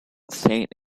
saint